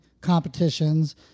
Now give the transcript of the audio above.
competitions